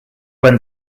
when